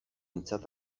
ontzat